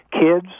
Kids